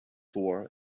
for